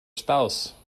spouse